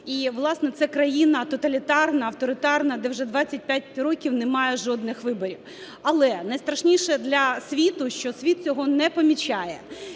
і, власне, це країна тоталітарна, авторитарна, де вже 25 років немає жодних виборів. Але найстрашніше для світу, що світ цього не помічає.